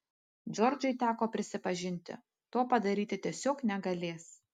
džordžai teko prisipažinti to padaryti tiesiog negalės